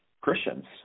Christians